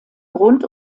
grund